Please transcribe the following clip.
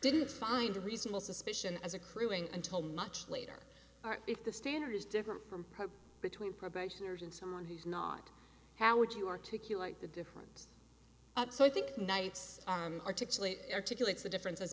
didn't find a reasonable suspicion as a crewing until much later if the standard is different from between probationers and someone who's not how would you articulate the differ so i think knights articulate articulate the difference